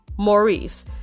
Maurice